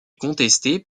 contestée